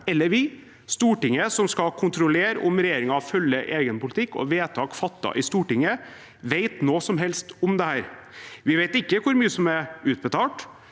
eller vi, Stortinget, som skal kontrollere om regjeringen følger egen politikk og vedtak fattet i Stortinget, vet noe som helst om dette. Vi vet ikke hvor mye som er utbetalt.